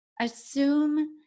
Assume